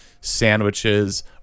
sandwiches